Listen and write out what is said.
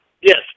Yes